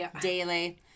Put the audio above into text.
daily